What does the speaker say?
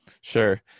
Sure